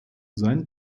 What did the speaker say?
sein